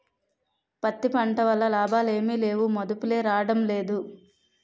పత్తి పంట వల్ల లాభాలేమి లేవుమదుపులే రాడంలేదు